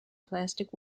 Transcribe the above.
plastic